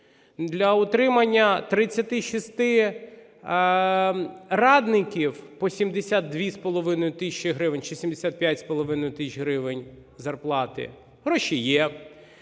Для утримання 36 радників по 72,5 тисячі гривень чи 75,5 тисяч гривень зарплати гроші є.